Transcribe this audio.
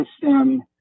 system